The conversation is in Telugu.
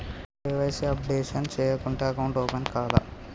కే.వై.సీ అప్డేషన్ చేయకుంటే అకౌంట్ ఓపెన్ కాదా?